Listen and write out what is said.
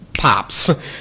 pops